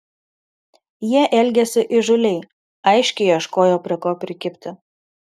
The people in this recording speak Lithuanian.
jie elgėsi įžūliai aiškiai ieškojo prie ko prikibti